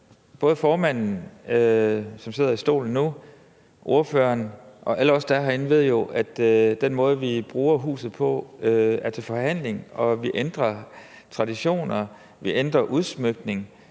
den formand, som sidder i stolen nu, ordføreren og alle os, der er herinde, ved jo, at den måde, vi bruger huset på, er til forhandling, og at vi ændrer traditioner, at vi ændrer udsmykning.